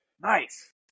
Nice